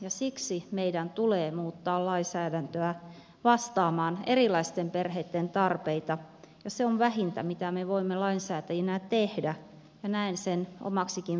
ja siksi meidän tulee muuttaa lainsäädäntöä vastaamaan erilaisten perheitten tarpeita ja se on vähintä mitä me voimme lainsäätäjinä tehdä ja näen sen omaksikin velvollisuudekseni